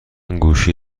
گوشی